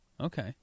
Okay